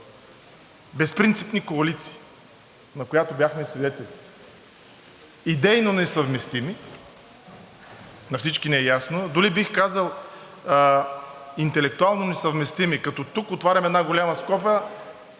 безпринципни коалиции, на която бяхме свидетели – идейно несъвместими, на всички ни е ясно, дори бих казал, интелектуално несъвместими, като тук отварям една голяма скоба,